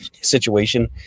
situation